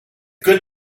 good